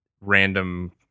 random